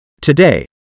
Today